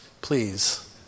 please